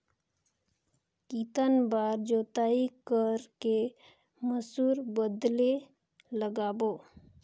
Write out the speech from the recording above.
कितन बार जोताई कर के मसूर बदले लगाबो?